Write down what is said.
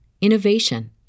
innovation